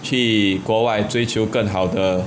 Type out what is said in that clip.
去国外追求更好的